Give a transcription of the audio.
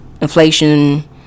inflation